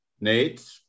Nate